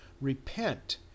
Repent